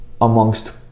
amongst